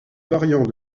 variant